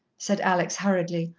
said alex hurriedly,